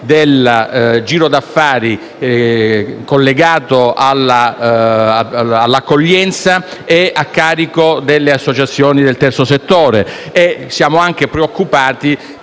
del giro d'affari collegato all'accoglienza è a carico delle associazioni del terzo settore.